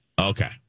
Okay